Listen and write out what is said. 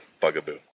bugaboo